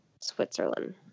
Switzerland